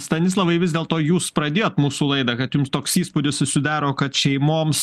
stanislavai vis dėlto jūs pradėjot mūsų laidą kad jums toks įspūdis susidaro kad šeimoms